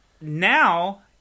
now